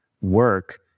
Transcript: work